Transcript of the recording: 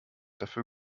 dafür